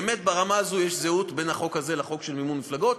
באמת ברמה הזאת יש זהות בין החוק הזה לחוק של מימון מפלגות.